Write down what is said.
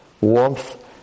warmth